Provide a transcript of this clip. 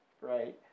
right